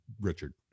Richard